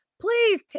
Please